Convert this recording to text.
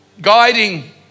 Guiding